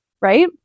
right